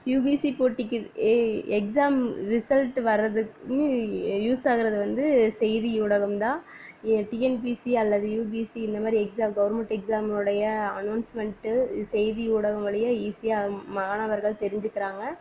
UPC போட்டிக்கு ஏ exam result வரதுக்கு யூஸ் ஆகிறது வந்து செய்தி ஊடகம் தான் ஏ டிஎன்பிசி அல்லது யூபிசி இந்த மாதிரி எக்ஸாம் கவுர்மெண்ட் எக்ஸாம்னுடைய அனோன்ஸ்மென்ட்டு செய்தி ஊடகங்களேயே ஈஸியாக மாணவர்கள் தெரிஞ்சுக்கிறாங்க